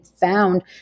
found